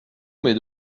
mais